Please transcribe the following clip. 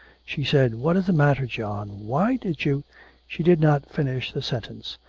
she said, what is the matter, john? why did you she did not finish the sentence.